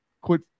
quit